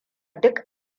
duk